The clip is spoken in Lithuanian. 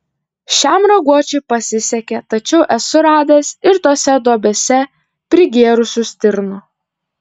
šiam raguočiui pasisekė tačiau esu radęs ir tose duobėse prigėrusių stirnų